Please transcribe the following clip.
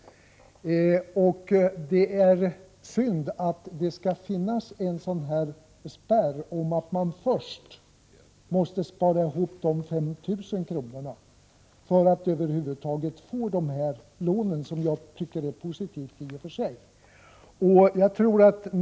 Det är synd att det skall finnas en spärr som innebär att man först måste spara ihop 5 000 kr. för att över huvud taget få dessa lån — vilka jag i och för sig tycker är positiva.